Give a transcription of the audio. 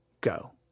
go